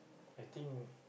I think